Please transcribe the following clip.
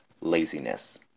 laziness